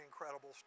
incredible